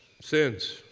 sins